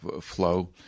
flow